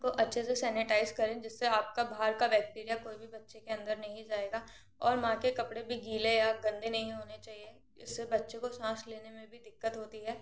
उनको अच्छे से सेनेटाइज करें जिससे आपका बाहर का बैकटेरिया कोई भी बच्चे के अंदर नहीं जाएगा और माँ के कपड़े भी गीले या गंदे नहीं होने चाहिए इससे बच्चों को सांस लेने में भी दिक्कत होती है